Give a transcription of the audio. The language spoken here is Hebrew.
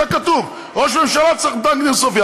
זה כתוב, ראש ממשלה, צריך פסק דין סופי.